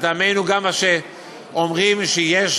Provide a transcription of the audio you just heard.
כמה שאומרים שיש